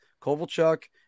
Kovalchuk